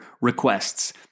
requests